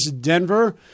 Denver